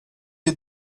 you